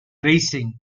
racing